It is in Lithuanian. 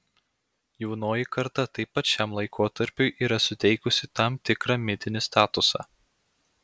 jaunoji karta taip pat šiam laikotarpiui yra suteikusi tam tikrą mitinį statusą